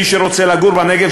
מי שרוצה לגור בנגב,